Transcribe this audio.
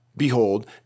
Behold